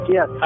Yes